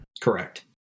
Correct